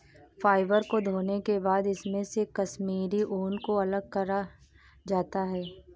fibre को धोने के बाद इसमे से कश्मीरी ऊन को अलग करा जाता है